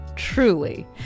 truly